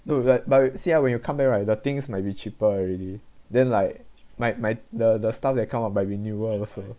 no like but see ah when you come back right the things might be cheaper already then like my my the the stuff that come up by renewal also